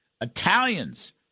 Italians